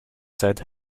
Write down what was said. said